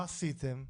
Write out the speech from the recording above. מה עשיתם?